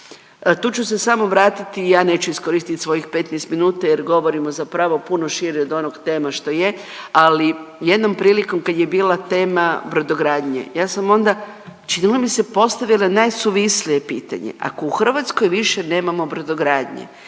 Tu ću se samo vratiti, ja neću iskoristiti svojih 15 minuta jer govorimo zapravo puno šire od onog tema što je, ali jednom prilikom, kad je bila tema brodogradnje, ja sam onda, čini mi se, postavila najsuvislije pitanje, ako u Hrvatskoj više nemamo brodogradnje